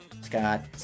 Scott